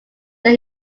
that